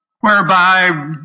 whereby